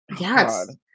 yes